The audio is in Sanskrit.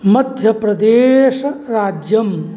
मध्यप्रदेशराज्यम्